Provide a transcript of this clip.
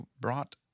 brought